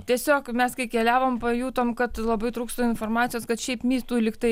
tiesiog mes kai keliavom pajutom kad labai trūksta informacijos kad šiaip mitų lyg tai